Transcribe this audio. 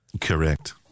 Correct